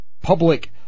public